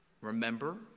remember